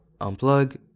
Unplug